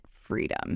freedom